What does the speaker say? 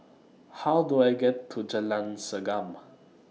How Do I get to Jalan Segam